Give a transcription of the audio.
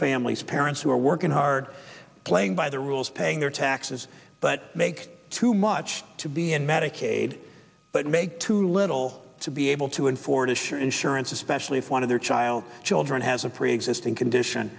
families parents who are working hard playing by the rules paying their taxes but make too much to be in medicaid but make too little to be able to afford a sure insurance especially if one of their child children has a preexisting condition